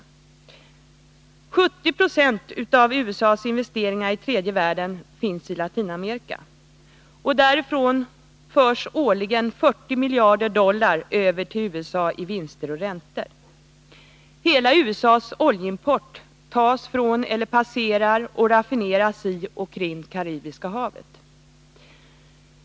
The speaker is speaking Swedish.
70 70 av USA:s investeringar i tredje världen finns i Latinamerika. Därifrån förs årligen 40 miljarder dollar över till USA som vinster och räntor. Hela USA:s oljeimport tas från eller passerar och raffineras i och kring Karibiska havet.